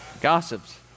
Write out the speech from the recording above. Gossips